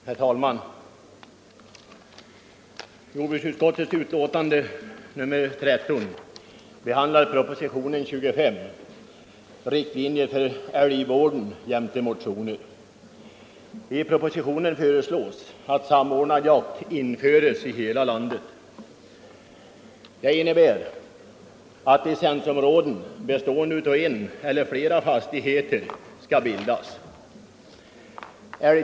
Herr talman! Jordbruksutskottets betänkande nr 13 behandlar propositionen 25 angående riktlinjer för älgvården jämte motioner. I propositionen föreslås att samordnad jakt införs i hela landet som princip. Det innebär att licensområden bestående av en eller flera fastigheter skall bildas.